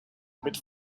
mit